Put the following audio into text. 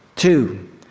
Two